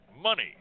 money